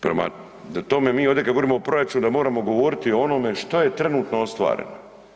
Prema tome, mi ovdje kad govorimo o proračunu da moramo govoriti o onome što je trenutno ostvareno.